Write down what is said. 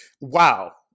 wow